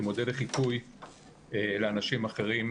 כמודל לחיקוי לאנשים אחרים,